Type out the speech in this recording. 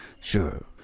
Sure